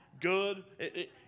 good